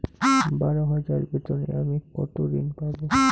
বারো হাজার বেতনে আমি কত ঋন পাব?